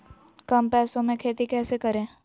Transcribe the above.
कम पैसों में खेती कैसे करें?